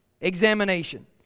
Examination